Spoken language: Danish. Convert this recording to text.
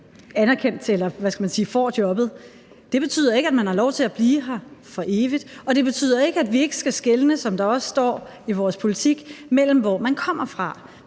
anerkendt til eller får jobbet. Det betyder ikke, at man har lov til at blive her for evigt, og det betyder ikke, at vi – som der også står i vores politik – ikke skal